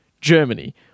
Germany